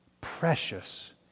precious